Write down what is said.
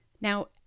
Now